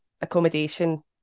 accommodation